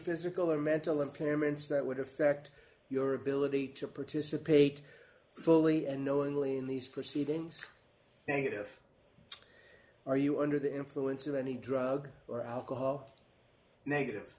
physical or mental impairments that would affect your ability to participate fully and knowingly in these proceedings negative are you under the influence of any drug or alcohol negative